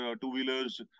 two-wheelers